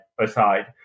aside